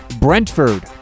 Brentford